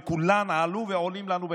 וכולן עלו ועולות לנו בחיים.